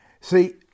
See